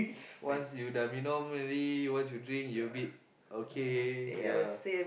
once you dah minum once you dream you will be okay ya